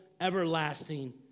everlasting